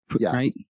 right